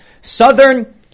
Southern